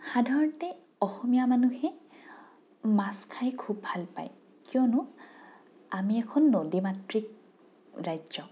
সাধাৰণতে অসমীয়া মানুহে মাছ খাই খুব ভাল পায় কিয়নো আমি এখন নদী মাতৃক ৰাজ্য